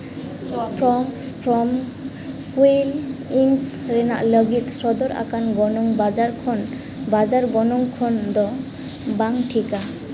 Fresho from quail eggs ᱨᱮᱱᱟᱜ ᱞᱟᱹᱜᱤᱫ ᱥᱚᱫᱚᱨ ᱟᱠᱟᱱ ᱜᱚᱱᱚᱝ ᱵᱟᱡᱟᱨ ᱠᱷᱚᱱ ᱵᱟᱡᱟᱨ ᱜᱚᱱᱚᱝ ᱠᱷᱚᱱ ᱫᱚ ᱵᱟᱝ ᱴᱷᱤᱠᱟ